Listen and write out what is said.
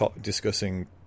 discussing